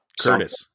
Curtis